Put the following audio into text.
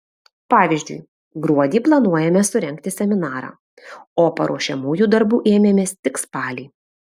pavyzdžiui gruodį planuojame surengti seminarą o paruošiamųjų darbų ėmėmės tik spalį